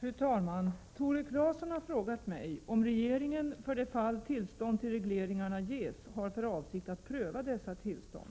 Fru talman! Tore Claeson har frågat mig om regeringen, för det fall tillstånd till regleringarna ges, har för avsikt att pröva dessa tillstånd.